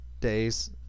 Days